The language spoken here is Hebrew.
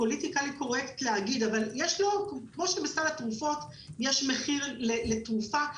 פוליטיקלי קורקט להגיד אבל כמו שבסל התרופות יש מחיר לתרופה,